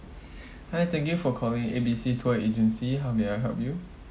hi thank you for calling A B C tour agency how may I help you